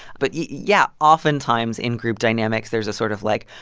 but yeah, oftentimes in group dynamics, there's a sort of like,